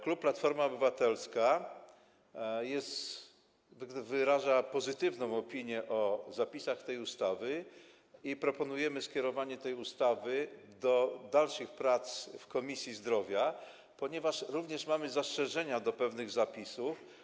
Klub Platforma Obywatelska wyraża pozytywną opinię o zapisach tej ustawy i proponuje skierowanie jej do dalszych prac w Komisji Zdrowia, ponieważ mamy też zastrzeżenia do pewnych zapisów.